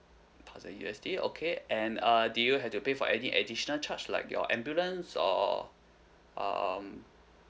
thousand U_S_D okay and uh do you have to pay for any additional charge like your ambulance or um